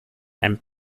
and